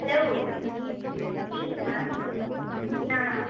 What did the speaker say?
hello ma'am ah